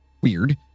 Weird